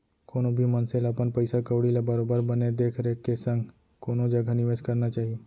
कोनो भी मनसे ल अपन पइसा कउड़ी ल बरोबर बने देख रेख के संग कोनो जघा निवेस करना चाही